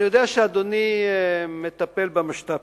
אני יודע שאדוני מטפל במשת"פים,